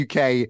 UK